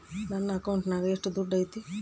ನನ್ನ ಅಕೌಂಟಿನಾಗ ಎಷ್ಟು ದುಡ್ಡು ಐತಿ?